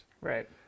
Right